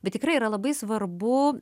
bet tikrai yra labai svarbu